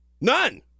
None